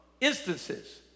instances